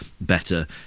better